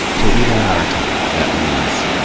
so even in our time, that means,